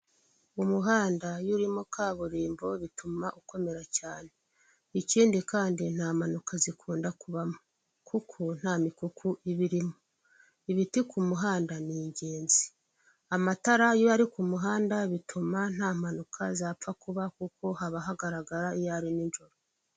Umuhanda iyo urimo kaburimbo bituma ukomera cyane, ikindi kandi nta mpanuka zikunda kubamo kuko nta mikuku iba irimo, ibiti ku muhanda ni ingenzi, amatara iyo ari ku muhanda bituma nta mpanuka zapfa kuba kuko haba hagaragaraya ari ninjoro.